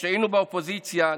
כשהיינו באופוזיציה,